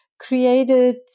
created